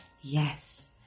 Yes